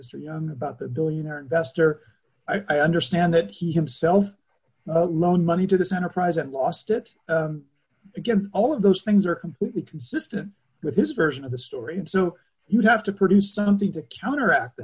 mr young about the billionaire investor i understand that he himself loan money to this enterprise and lost it again all of those things are completely consistent with his version of the story and so he would have to produce something to counteract